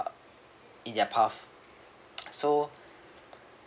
uh in their path so